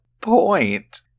point